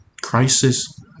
crisis